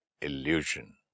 illusion